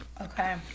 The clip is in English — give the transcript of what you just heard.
okay